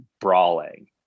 brawling